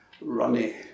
runny